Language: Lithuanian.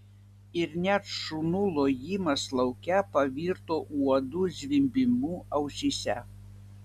ir net šunų lojimas lauke pavirto uodų zvimbimu ausyse